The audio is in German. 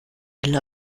will